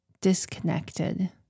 disconnected